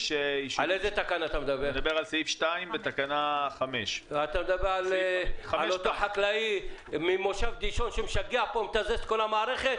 אתה מדבר על אותו חקלאי במושב דישון שמשגע ומתזז פה את כל המערכת?